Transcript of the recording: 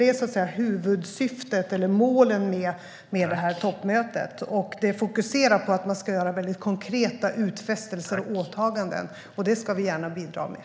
Det är huvudsyftet och målen för toppmötet. Det fokuserar på att man ska göra väldigt konkreta utfästelser och åtaganden. Det ska vi gärna bidra med.